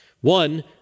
One